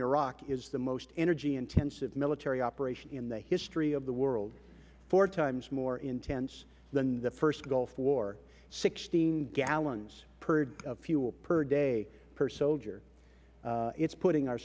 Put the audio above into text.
iraq is the most energy intensive military operation in the history of the world four times more intense than was the first gulf war sixteen gallons of fuel per day per soldier it is putting our